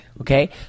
Okay